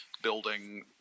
building